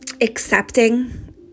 accepting